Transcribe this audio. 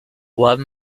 one